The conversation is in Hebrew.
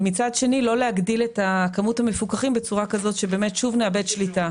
ומצד שני לא להגדיל את כמות המפוקחים בצורה כזאת שבאמת שוב נאבד שליטה.